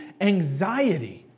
anxiety